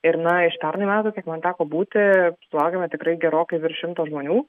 ir na iš pernai metų kiek man teko būti sulaukėme tikrai gerokai virš šimto žmonių